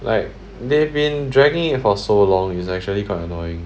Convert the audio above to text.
like they've been dragging it for so long is actually quite annoying